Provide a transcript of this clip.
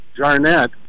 Jarnett